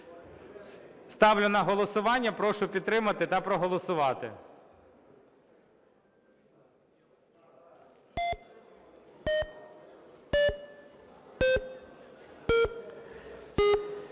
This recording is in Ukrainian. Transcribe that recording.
Ставлю на голосування. Прошу підтримати та проголосувати.